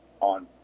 on